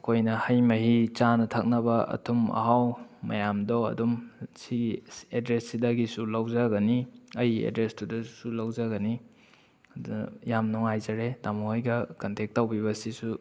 ꯑꯩꯈꯣꯏꯅ ꯍꯩ ꯃꯍꯤ ꯆꯥꯅ ꯊꯛꯅꯕ ꯑꯊꯨꯝ ꯑꯍꯥꯎ ꯃꯌꯥꯝꯗꯣ ꯑꯗꯨꯝ ꯁꯤꯒꯤ ꯑꯦꯗ꯭ꯔꯦꯁ ꯁꯤꯗꯒꯤꯁꯨ ꯂꯧꯖꯒꯅꯤ ꯑꯩꯒꯤ ꯑꯦꯗ꯭ꯔꯦꯁ ꯇꯨꯗꯁꯨ ꯂꯧꯖꯒꯅꯤ ꯑꯗꯣ ꯌꯥꯝ ꯅꯨꯡꯉꯥꯏꯖꯔꯦ ꯇꯥꯃꯣ ꯍꯣꯏꯒ ꯀꯟꯇꯦꯛ ꯇꯧꯕꯤꯕꯁꯤꯁꯨ